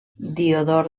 diodor